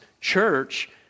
church